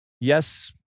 yes